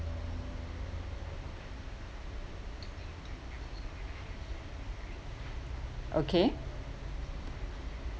okay